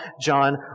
John